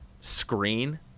screen